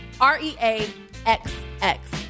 r-e-a-x-x